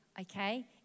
Okay